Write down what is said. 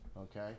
Okay